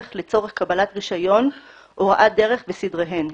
לצורך קבלת רישיון הוראת דרך וסדריהן.